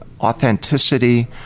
authenticity